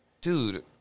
dude